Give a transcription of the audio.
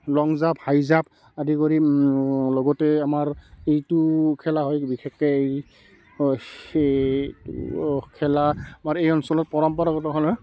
লং jump high jump আদি কৰি লগতে আমাৰ এইটো খেলা হয় বিশেষকৈ এই এইটো খেলা আমাৰ এই অঞ্চলত পৰম্পৰাগতভাৱে